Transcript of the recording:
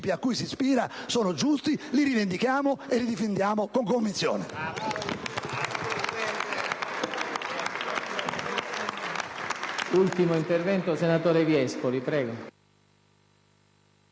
cui si ispira sono giusti: li rivendichiamo e li difendiamo con convinzione.